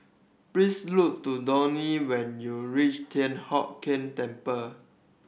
please look to Donny when you reach Thian Hock Keng Temple